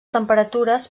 temperatures